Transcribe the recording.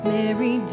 Mary